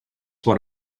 what